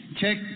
Check